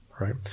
right